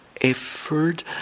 effort